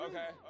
Okay